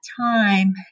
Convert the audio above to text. time